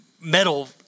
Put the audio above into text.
metal